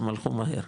הם הלכו מהר,